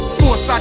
force